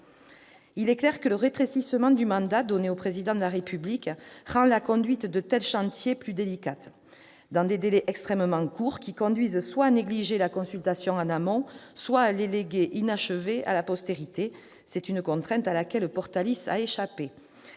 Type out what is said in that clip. Il est clair que le raccourcissement du mandat donné au Président de la République rend la conduite de tels chantiers plus délicate, dans des délais extrêmement courts, qui conduisent soit à négliger la consultation en amont, soit à léguer ces chantiers, inachevés, à la postérité. C'est une contrainte à laquelle Portalis a échappé